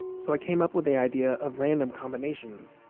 so, i came up with the idea of random combinations